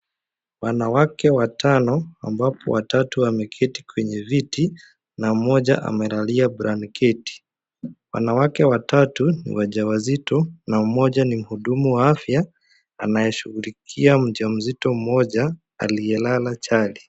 Wanawake watano, ambapo watatu wameketi kwenye viti, na mmoja amelalia blanketi. Wanawake watatu, ni wajawazito, na mmoja ni mhudumu wa afya, anayeshughulikia mjamzito mmoja, aliyelala chali.